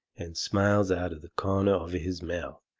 and smiles out of the corner of his mouth.